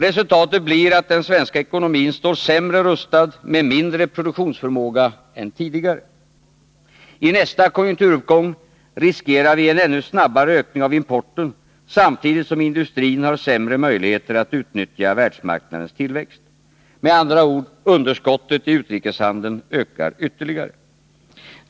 Resultatet blir att den svenska ekonomin står sämre rustad med mindre produktionsförmåga än tidigare. I nästa konjunkturuppgång riskerar vi en ännu snabbare ökning av importen, samtidigt som industrin har sämre möjligheter att utnyttja världsmarknadens tillväxt. Med andra ord — underskottet i utrikeshandeln ökar ytterligare.